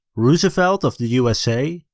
roosevelt of the usa,